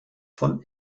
von